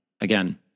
Again